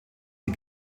sie